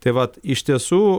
tai vat iš tiesų